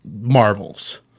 marbles